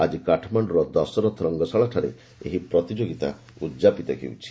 ଆଜି କାଠମାଣ୍ଡୁର ଦଶରଥ ରଙ୍ଗଶାଳାଠାରେ ଏହି ପ୍ରତିଯୋଗିତା ଉଦ୍ଯାପିତ ହେଉଛି